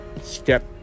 step